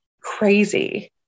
crazy